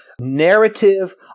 narrative